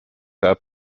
der